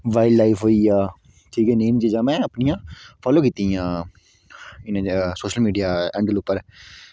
wild life होइया ठीक ऐ नेही नेही चीज़ां में अपनियां फॉलो कीतियां इनें सोशल मिड़िया हैंडल उप्पर